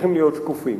צריכים להיות שקופים.